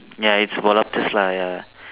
ya its about lah ya